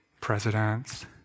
Presidents